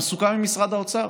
גם סוכם עם משרד האוצר.